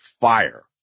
fire